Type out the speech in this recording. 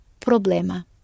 problema